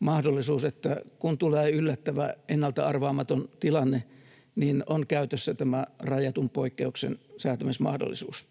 mahdollisuus, että kun tulee yllättävä, ennalta arvaamaton tilanne, niin on käytössä tämä rajatun poikkeuksen säätämismahdollisuus.